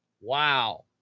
Wow